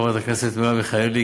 חברת הכנסת מרב מיכאלי,